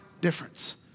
difference